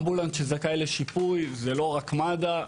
אמבולנס שזכאי לשיפוי זה לא רק מד"א,